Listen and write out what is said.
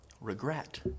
regret